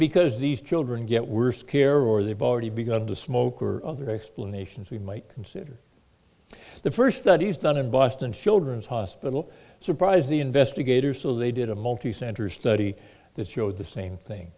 because these children get worse care or they've already begun to smoke or other explanations we might consider the first studies done in boston children's hospital surprised the investigator so they did a multicenter study that showed the same thing